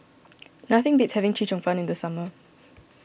nothing beats having Chee Cheong Fun in the summer